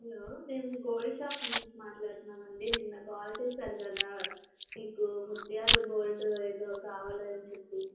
hello మేము gold shop నుంచి మాట్లాడుతున్నాం అండి నిన్న కాల్ చేశారు కదా మీకు ముత్యాలు గోల్డ్ ఏదో కావాలని చెప్పి